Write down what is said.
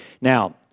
Now